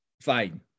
fine